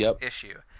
issue